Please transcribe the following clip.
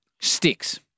Sticks